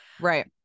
Right